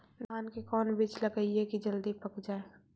धान के कोन बिज लगईयै कि जल्दी पक जाए?